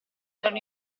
erano